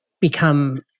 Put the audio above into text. become